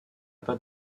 pas